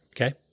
Okay